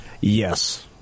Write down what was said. Yes